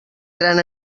gran